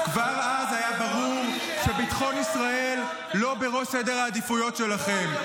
כבר אז היה ברור שביטחון ישראל לא בראש סדר העדיפויות שלכם.